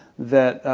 that